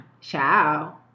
Ciao